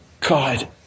God